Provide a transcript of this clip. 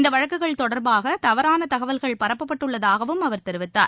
இந்த வழக்குகள் தொடர்பாக தவறான தகவல்கள் பரப்பப்பட்டுள்ளதாகவும் அவர் தெரிவித்தார்